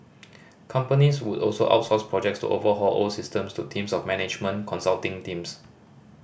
companies would also outsource projects to overhaul old systems to teams of management consulting teams